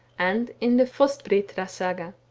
and in the fostbrae ra saga.